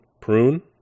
Prune